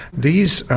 these are,